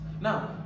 Now